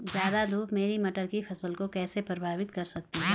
ज़्यादा धूप मेरी मटर की फसल को कैसे प्रभावित कर सकती है?